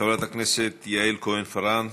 חברת הכנסת יעל כהן-פארן,